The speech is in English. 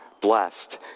blessed